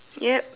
yup